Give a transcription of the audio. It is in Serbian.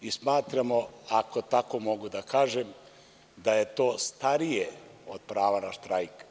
Smatramo, ako tako mogu da kažem, da je to starije od prava na štrajk.